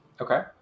Okay